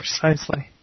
Precisely